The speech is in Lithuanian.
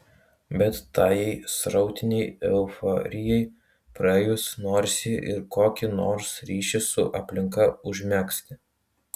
bet tajai srautinei euforijai praėjus norisi ir kokį nors ryšį su aplinka užmegzti